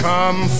Come